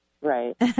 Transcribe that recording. Right